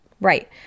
Right